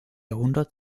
jahrhundert